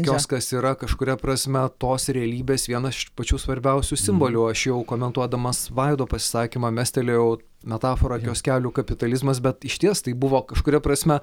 kioskas yra kažkuria prasme tos realybės viena pačių svarbiausių simbolių aš jau komentuodamas vaido pasisakymą mestelėjau metaforą kioskelių kapitalizmas bet išties tai buvo kažkuria prasme